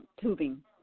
tubing